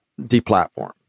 deplatformed